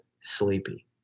sleepy